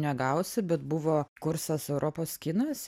negausi bet buvo kursas europos kinas